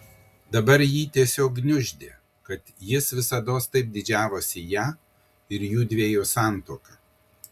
dabar jį tiesiog gniuždė kad jis visados taip didžiavosi ja ir jųdviejų santuoka